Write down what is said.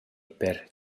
per